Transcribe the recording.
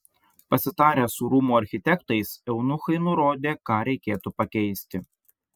pasitarę su rūmų architektais eunuchai nurodė ką reikėtų pakeisti